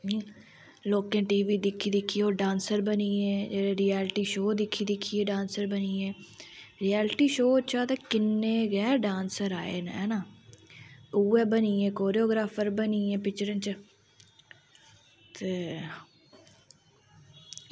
लोकें ओह् टीवी दिक्खी दिक्खी ओह् डांसर बनी गे एह् रियालटी शो दिक्खी दिक्खियै रियालटी शो चा किन्ने गै डांसर आए न उऐ बनियै कोरियोग्राफर बनी गे इंदे च ते